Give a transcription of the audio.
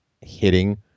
hitting